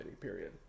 period